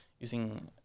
using